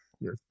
Yes